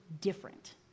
different